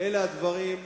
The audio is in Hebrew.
אלה הדברים.